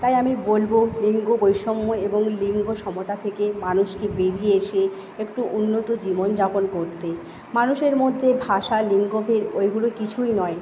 তাই আমি বলব লিঙ্গ বৈষম্য এবং লিঙ্গ সমতা থেকে মানুষকে বেরিয়ে এসে একটু উন্নত জীবনযাপন করতে মানুষের মধ্যে ভাষা লিঙ্গকে ওইগুলো কিছুই নয়